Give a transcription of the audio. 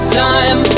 time